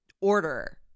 order